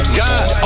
god